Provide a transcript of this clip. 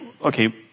Okay